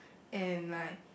and like